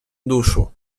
душу